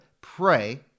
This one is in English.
pray